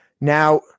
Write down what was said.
Now